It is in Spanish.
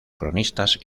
cronistas